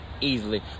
easily